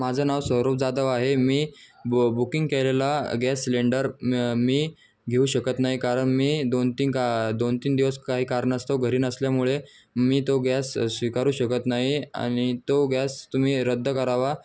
माझं नाव स्वरूप जाधव आहे मी बु बुकिंग केलेला गॅस सिलेंडर मी घेऊ शकत नाही कारण मी दोन तीन का दोन तीन दिवस काही कारणास्तव घरी नसल्यामुळे मी तो गॅस स्वीकारू शकत नाही आणि तो गॅस तुम्ही रद्द करावा